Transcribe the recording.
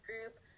group